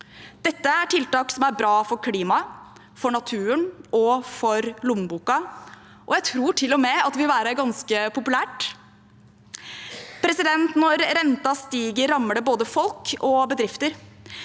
Dette er tiltak som er bra for klimaet, for naturen og for lommeboka – og jeg tror til og med at det vil være ganske populært. Når renten stiger, rammer det både folk og bedrifter.